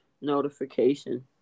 notification